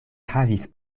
havis